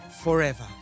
forever